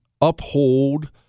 uphold